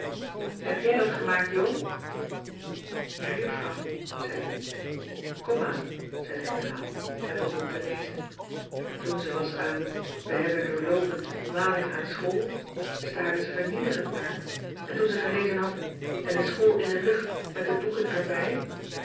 heb jij dat gemaakt jo ja juffrouw zei ik komaan zei de generaal en begon te lezen toen ze was aan we hebben doorloopend maling aan school staarde ze vernietigend naar me en toen ze gelezen had en de school in de lucht met de boeken